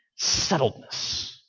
settledness